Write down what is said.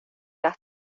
las